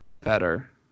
better